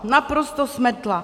Naprosto smetla.